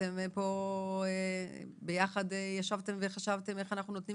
אתם ישבתם וחשבתם ביחד איך אנחנו נותנים